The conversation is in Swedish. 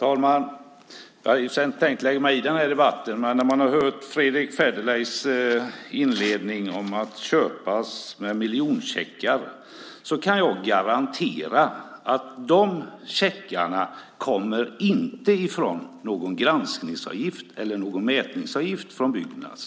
Herr talman! Jag hade inte tänkt lägga mig i debatten, men efter att ha hört Fredrick Federleys inledning om att köpas med miljoncheckar kan jag inte låta bli. Jag kan garantera att de checkarna inte kommer ifrån någon granskningsavgift eller mätningsavgift från Byggnads.